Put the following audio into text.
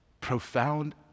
profound